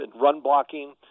run-blocking